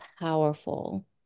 powerful